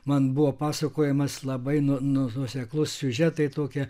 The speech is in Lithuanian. man buvo pasakojimas labai nuo nuoseklus siužetai tokie